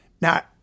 Now